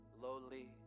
lowly